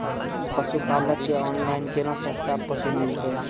पशुपालक कऽ ऑनलाइन केना सस्ता पसु मिलतै?